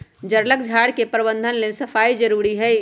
जङगल झार के प्रबंधन लेल सफाई जारुरी हइ